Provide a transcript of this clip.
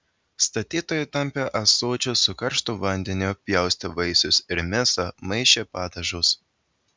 statytojai tampė ąsočius su karštu vandeniu pjaustė vaisius ir mėsą maišė padažus